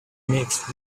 next